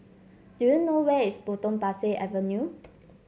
do you know where is Potong Pasir Avenue